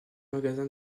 magasin